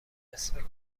مسواک